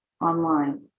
online